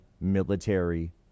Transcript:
military